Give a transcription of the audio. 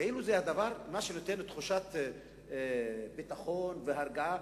כאילו מה שנותן תחושת ביטחון והרגעה,